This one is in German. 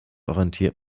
orientiert